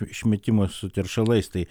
išmetimo su teršalais tai